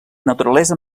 naturalesa